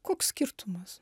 koks skirtumas